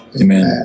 Amen